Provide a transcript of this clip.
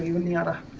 on the other